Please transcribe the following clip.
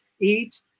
eat